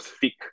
thick